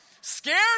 Scared